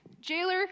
Jailer